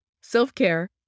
self-care